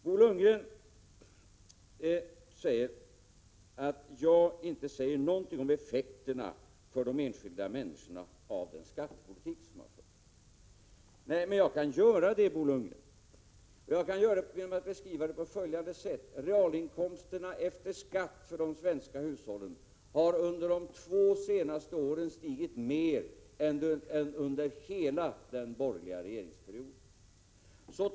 Bo Lundgren hävdar att jag har inte sagt något om effekterna av den skattepolitik som har förts för de enskilda människorna. Men jag kan göra det, Bo Lundgren. Jag kan göra det genom att beskriva det på följande sätt: Realinkomsterna efter skatt för de svenska hushållen har under de två senaste åren stigit mer än under hela den borgerliga regeringsperioden.